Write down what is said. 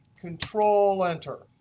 control enter,